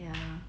ya